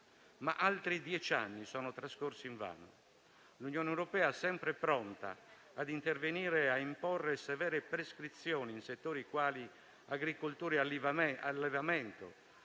Altri dieci anni, però, sono trascorsi invano. L'Unione europea, sempre pronta a intervenire per imporre severe prescrizioni in settori quali agricoltura e allevamento,